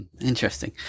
Interesting